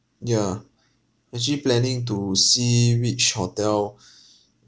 yeah actually planning to see which hotel